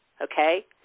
okay